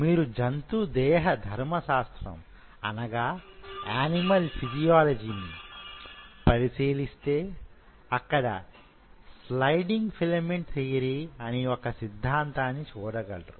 మీరు జంతుదేహ ధర్మశాస్త్రం యానిమల్ ఫిజియాలజీ ని పరిశీలిస్తే అక్కడ స్లయిడింగ్ ఫిలమెంట్ థియరీ అనే వొక సిద్ధాంతాన్ని చూడగలరు